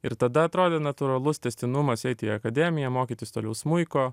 ir tada atrodė natūralus tęstinumas eiti į akademiją mokytis toliau smuiko